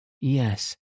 Yes